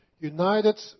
United